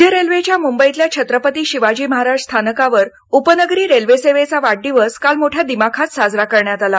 मध्य रेल्वेच्या मुंबईतल्या छत्रपती शिवाजी महाराज स्थानकावर उपनगरी रेल्वे सेवेचा वाढदिवस काल वर मोठ्या दिमाखात साजरा करण्यात आला